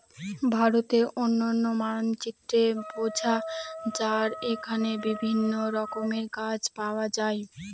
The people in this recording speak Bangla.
ভারতের অনন্য মানচিত্রে বোঝা যায় এখানে বিভিন্ন রকমের গাছ পাওয়া যায়